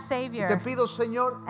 Savior